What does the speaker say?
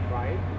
right